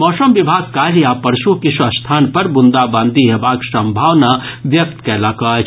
मौसम विभाग काल्हि आ परसू किछु स्थान पर बूंदाबांदी हेबाक संभावना व्यक्त कयलक अछि